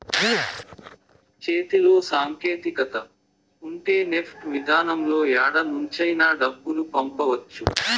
చేతిలో సాంకేతికత ఉంటే నెఫ్ట్ విధానంలో యాడ నుంచైనా డబ్బులు పంపవచ్చు